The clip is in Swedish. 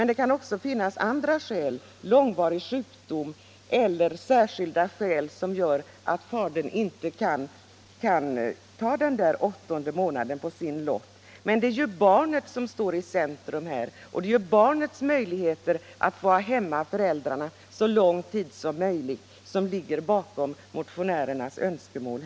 Det kan också finnas andra skäl — långvarig sjukdom m.m. — som gör att fadern inte kan ta den åttonde månaden på sin lott. Men det är barnet som står i centrum, det är barnets möjligheter att få ha föräldrarna hemma så lång tid som möjligt som ligger bakom motionärernas önskemål.